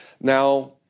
Now